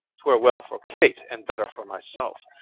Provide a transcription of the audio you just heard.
twere well for kate and better for myself.